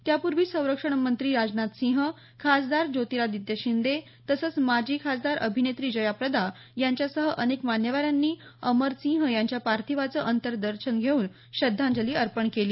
त्यापूर्वी संरक्षणमंत्री राजनाथसिंह खासदार ज्योतिरादित्य शिंदे तसंच माजी खासदार अभिनेत्री जयाप्रदा यांच्यासह अनेक मान्यवरांनी अमरसिंह यांच्या पार्थिवाचं अंत्यदर्शन घेऊन श्रद्धांजली अर्पण केली